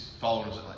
followers